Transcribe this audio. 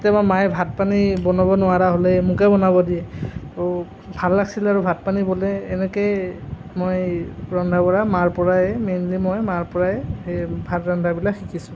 কেতিয়াবা মায়ে ভাত পানী বনাব নোৱাৰা হ'লে মোকে বনাব দিয়ে আৰু ভাল লাগিছিলে আৰু ভাত পানী বোলে এনেকৈ মই ৰন্ধা বঢ়া মাৰ পৰাই মেইনলি মই মাৰ পৰাই এ ভাত ৰন্ধাবিলাক শিকিছোঁ